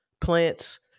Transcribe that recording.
plants